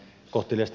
puhemies